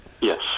Yes